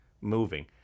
moving